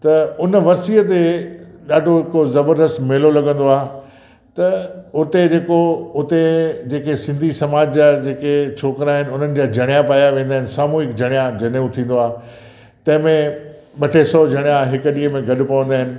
त उन वर्सीअ ते ॾाढो को ज़बरदस्त मेलो लॻंदो आहे त उते जेको उते जेके सिंधी समाज जा जेके छोकिरा आहिनि उन्हनि जा जणिया पाया वेंदा आहिनि सामुहिक जणिया जनेऊ थींदो आहे तंहिंमें ॿ टे सौ जणिया हिकु ॾींहं में गॾु पवंदा आहिनि